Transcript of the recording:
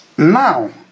Now